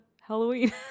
Halloween